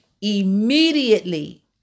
immediately